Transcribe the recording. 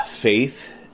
faith